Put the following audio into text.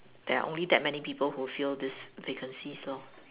there are only that many people who fill these vacancies lor